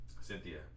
Cynthia